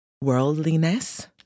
worldliness